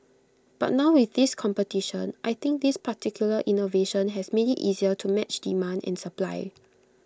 but now with this competition I think this particular innovation has made IT easier to match demand and supply